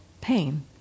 pain